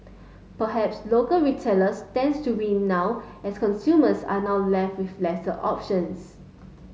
perhaps local retailers stands to win now as consumers are now left with lesser options